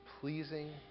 pleasing